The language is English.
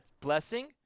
blessing